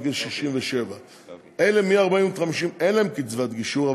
עד גיל 67. לבני 40 50 אין קצבת גישור,